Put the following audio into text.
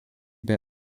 bei